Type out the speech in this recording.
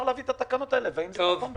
להגדיל את האחוזים הם לא משקיעים כאן.